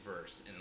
verse